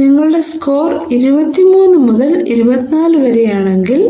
നിങ്ങളുടെ സ്കോർ ഇരുപത്തിമൂന്ന് മുതൽ ഇരുപത്തിനാലു വരെയാണെങ്കിൽ